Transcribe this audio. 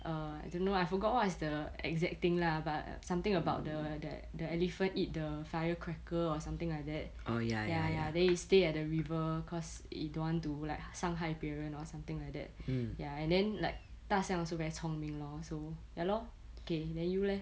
err I don't know I forgot what's the exact thing lah but something about the that elephant eat the firecracker or something like that ya ya then they stay at the river cause it don't want to like 伤害别人 or something like that ya and then like 大象 also very 聪明 lor so ya lor okay then you leh